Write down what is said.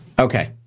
Okay